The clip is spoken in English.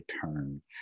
turn